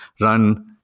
run